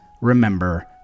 remember